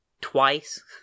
twice